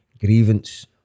grievance